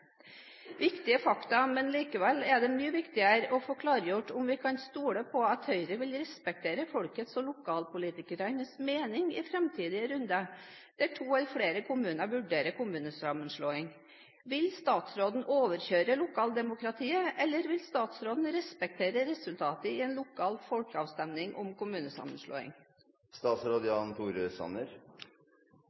Viktige fakta, men likevel er det mye viktigere å få klargjort om vi kan stole på at Høyre vil respektere folkets og lokalpolitikernes mening i framtidige runder der to eller flere kommuner vurderer kommunesammenslåing. Vil statsråden overkjøre lokaldemokratiet, eller vil statsråden respektere resultatet i en lokal folkeavstemning om kommunesammenslåing?